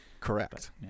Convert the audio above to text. correct